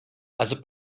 also